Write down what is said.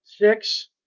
Six